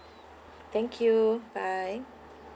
thank you bye